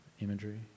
imagery